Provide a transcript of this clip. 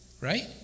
right